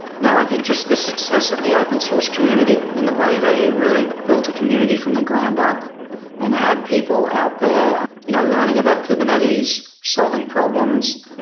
no. i think just the success of the open source community and the way they really built a community from the ground up and had people out there you know learning about kubernetes, solving problems,